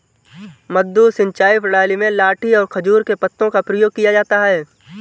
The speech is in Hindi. मद्दू सिंचाई प्रणाली में लाठी और खजूर के पत्तों का प्रयोग किया जाता है